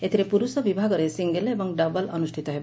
ଏଥିରେ ପୁରୁଷ ବିଭାଗରେ ସିଙ୍ଗିଲ୍ ଏବଂ ଡବଲ୍ ଅନୁଷିତ ହେବ